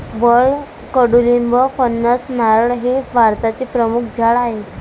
वड, कडुलिंब, फणस, नारळ हे भारताचे प्रमुख झाडे आहे